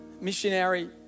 missionary